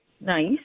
Nice